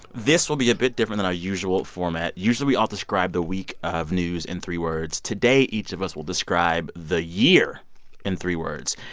this will be a bit different than our usual format. usually, we all describe the week of news in three words. today, each of us will describe the year in three words.